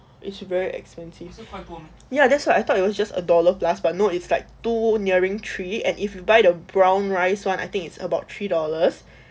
it's very expensive ya that's what I thought it was just a dollar plus but no it's like two nearing three and if you buy the brown rice one I think it's about three dollars